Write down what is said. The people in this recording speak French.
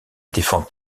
défend